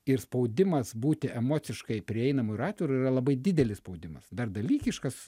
ir spaudimas būti emociškai prieinamu ir atviru yra labai didelis spaudimas dar dalykiškas